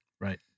Right